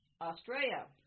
Australia